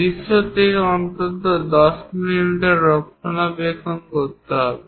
দৃশ্য থেকে অন্তত 10 মিমি রক্ষণাবেক্ষণ করতে হবে